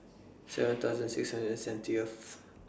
seven thousand six hundred and seventieth